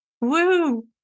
Woo